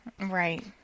Right